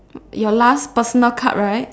your last personal card right